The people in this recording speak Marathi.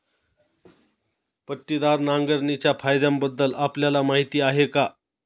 पट्टीदार नांगरणीच्या फायद्यांबद्दल आपल्याला माहिती आहे का?